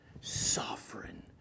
sovereign